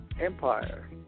Empire